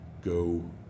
go